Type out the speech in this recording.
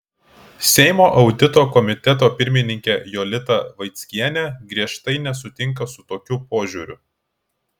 seimo audito komiteto pirmininkė jolita vaickienė griežtai nesutinka su tokiu požiūriu